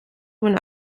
when